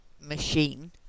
machine